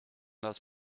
das